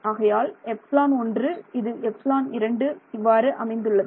ஆகையால் எப்ஸிலான் 1 இது ε2 இவ்வாறு அமைந்துள்ளது